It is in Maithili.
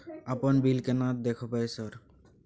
अपन बिल केना देखबय सर?